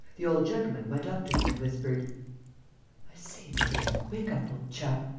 the old gentleman went up to him and whispered i say, daubrecq, wake up, old chap.